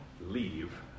leave